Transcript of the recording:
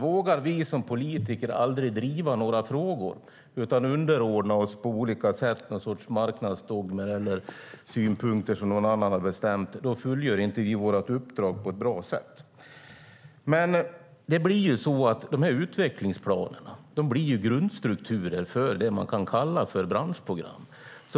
Vågar vi som politiker aldrig driva några frågor, utan underordnar oss på olika sätt någon sorts marknadsdogmer eller synpunkter som någon annan har bestämt, fullgör vi inte vårt uppdrag på ett bra sätt. De här utvecklingsplanerna blir ju grundstrukturer för det som man kan kalla för branschprogram.